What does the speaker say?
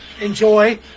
Enjoy